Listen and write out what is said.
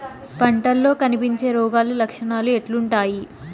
పంటల్లో కనిపించే రోగాలు లక్షణాలు ఎట్లుంటాయి?